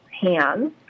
hands